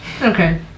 Okay